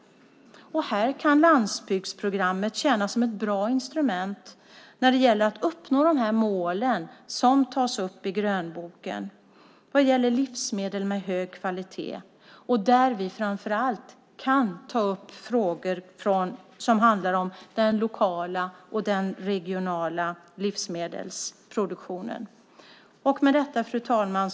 Här kan landsbygdsprogrammet tjäna som ett bra instrument när det gäller att uppnå de mål som tas upp i grönboken vad gäller livsmedel med hög kvalitet. Vi kan framför allt ta upp frågor som handlar om den lokala och regionala livsmedelsproduktionen. Fru talman!